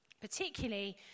particularly